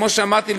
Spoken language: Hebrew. כמו שאמרתי,